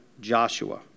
Joshua